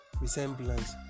resemblance